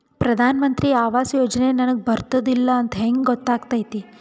ಪ್ರಧಾನ ಮಂತ್ರಿ ಆವಾಸ್ ಯೋಜನೆ ನನಗ ಬರುತ್ತದ ಇಲ್ಲ ಅಂತ ಹೆಂಗ್ ಗೊತ್ತಾಗತೈತಿ?